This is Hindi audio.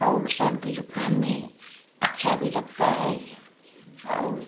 और सर्दी जुकाम में अच्छा भी लगता है और